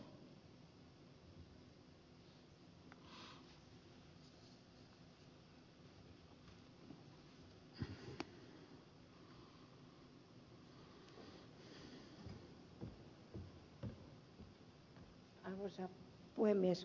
arvoisa puhemies